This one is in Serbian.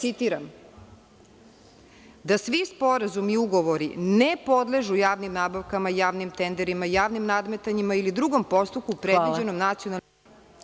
Citiram - da svi sporazumi i ugovori ne podležu javnim nabavkama, javnim tenderima, javnim nadmetanjima ili drugom postupku predviđenom nacionalnom